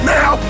now